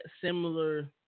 similar –